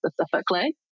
specifically